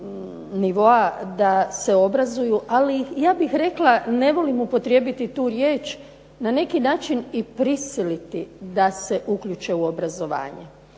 nivoa da se obrazuju, ali ja bih rekla, ne volim upotrijebiti tu riječ, na neki način i prisiliti da se uključe u obrazovanje.